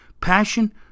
passion